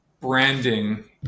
branding